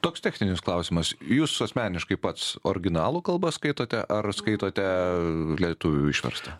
toks techninis klausimas jūs asmeniškai pats originalo kalba skaitote ar skaitote lietuvių išversta